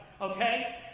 Okay